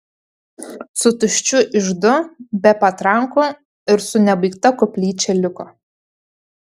su tuščiu iždu be patrankų ir su nebaigta koplyčia liko